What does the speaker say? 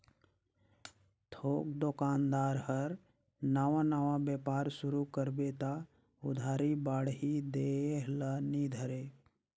थोक दोकानदार हर नावा नावा बेपार सुरू करबे त उधारी बाड़ही देह ल नी धरे